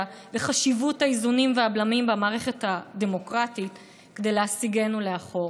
וחשיבות האיזונים והבלמים במערכת הדמוקרטית כדי להסיגנו לאחור.